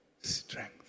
strength